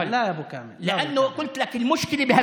שאתה ענית.) (יכול להיות שלא הבנת את התשובה שלי,